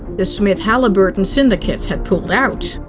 the smit-halliburton syndicate had pulled out.